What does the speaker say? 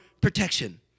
protection